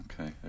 Okay